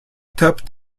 top